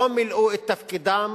לא מילאו את תפקידם